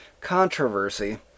controversy